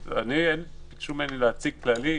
ביקשו ממני להציג כללית.